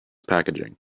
packaging